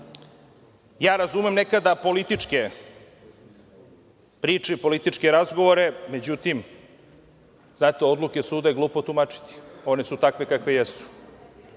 ja razumem nekada političke priče i političke razgovore. Međutim, odluke suda je glupo tumačiti, one su takve kakve jesu.